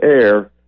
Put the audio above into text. air